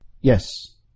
Yes